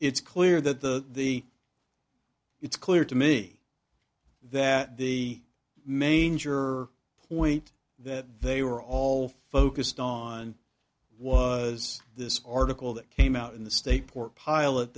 it's clear that the the it's clear to me that the manger point that they were all focused on was this article that came out in the state port pilot